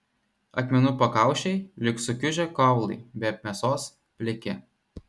akmenų pakaušiai lyg sukiužę kaulai be mėsos pliki